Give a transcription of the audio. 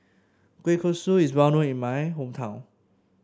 Kueh Kosui is well known in my hometown